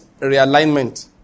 realignment